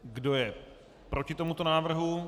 Kdo je proti tomuto návrhu?